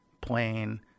plain